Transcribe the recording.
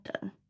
done